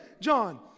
John